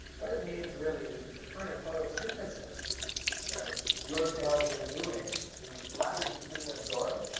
what it means really is, it's a kind of photosynthesis that your cells are doing. the light is being absorbed,